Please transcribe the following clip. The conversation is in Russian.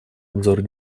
обзор